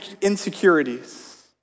insecurities